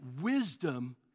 wisdom